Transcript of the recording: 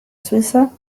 suiza